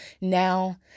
now